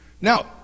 Now